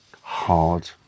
hard